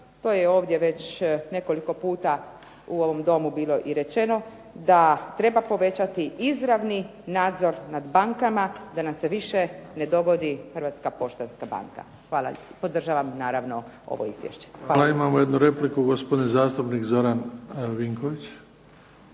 to je ovdje već nekoliko puta u ovom Domu bilo i rečeno, da treba povećati izravni nadzor nad bankama, da nam se više ne dogodi Hrvatska poštanska banka. Hvala. Podržavam naravno ovo izvješće. Hvala lijepa. **Bebić, Luka (HDZ)** Hvala. Imamo jednu repliku, gospodin zastupnik Zoran Vinković.